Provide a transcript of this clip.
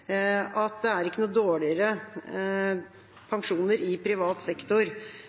innlegg at det ikke er noe dårligere pensjoner i privat sektor